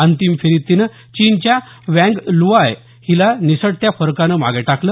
अंतिम फेरीत तिनं चीनच्या वॅन्ग ल्याव हिला निसटत्या फरकानं मागे टाकलं